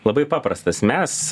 labai paprastas mes